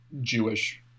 Jewish